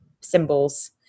symbols